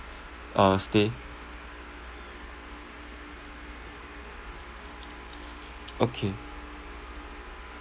uh stay okay